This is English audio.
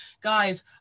guys